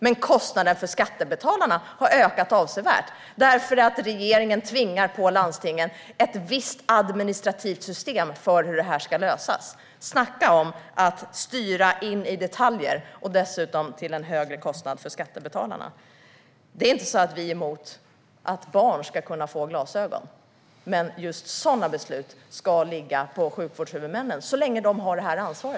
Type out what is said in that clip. Men kostnaden för skattebetalarna har ökat avsevärt eftersom regeringen tvingar på landstingen ett visst administrativt system för hur det hela ska lösas. Snacka om att styra in i detaljer och dessutom till en högre kostnad för skattebetalarna! Vi är inte emot att barn ska kunna få glasögon. Men just sådana beslut ska ligga på sjukvårdshuvudmännen så länge de har detta ansvar.